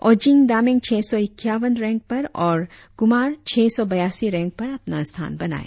ओजिंग दामेंग छह सौ इक्कावन रेंक पर और कुमार छह सौ बयासी रेंक पर अपना स्थान बनाया